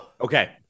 Okay